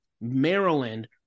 Maryland